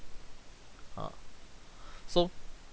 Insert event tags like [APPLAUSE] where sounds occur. ha [BREATH] so